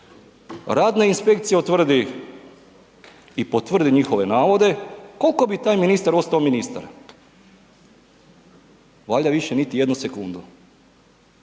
radna inspekcija utvrdi i potvrdi njihove navode koliko bi taj ministar ostao ministar? Valjda više niti jednu sekundu.